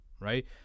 right